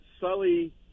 Sully